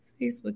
Facebook